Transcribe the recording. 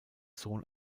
sohn